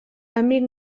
amic